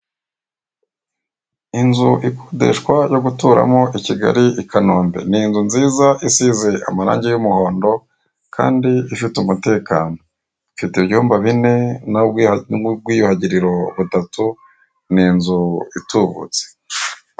Inzu ikodeshwa yo guturami ikigali ikanombe. Ni inzu nziza isize amarange y'umuhondo, kandi ifite umutekano. Ifite ibyuma bine na umwiyuhagiriro butatu. ni inzu itubutse.